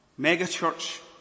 megachurch